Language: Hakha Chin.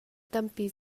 tampi